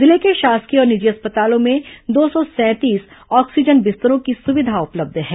जिले के शासकीय और निजी अस्पतालों में दो सौ सैंतीस ऑक्सीजन बिस्तरों की सुविधा उपलब्ध है